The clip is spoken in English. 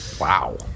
Wow